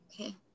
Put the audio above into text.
Okay